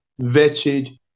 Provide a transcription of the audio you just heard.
vetted